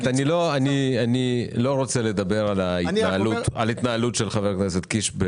אני לא רוצה לדבר על ההתנהלות של חבר הכנסת קיש.